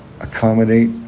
accommodate